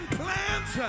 plans